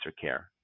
care